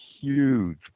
huge